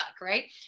right